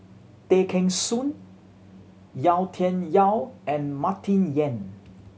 Tay Kheng Soon Yau Tian Yau and Martin Yan